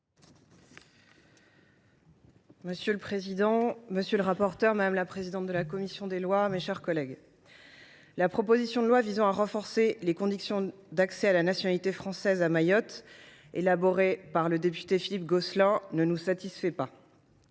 Monsieur le président, monsieur le ministre, mes chers collègues, la proposition de loi visant à renforcer les conditions d’accès à la nationalité française à Mayotte, élaborée par le député Philippe Gosselin, ne nous satisfait pas.